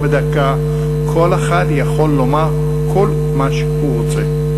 מדובר בדקה וכל אחד יכול לומר כל מה שהוא רוצה.